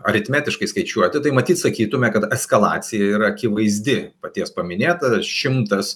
aritmetiškai skaičiuoti tai matyt sakytume kad eskalacija yra akivaizdi paties paminėta šimtas